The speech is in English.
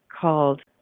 called